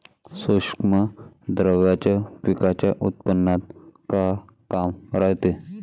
सूक्ष्म द्रव्याचं पिकाच्या उत्पन्नात का काम रायते?